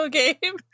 game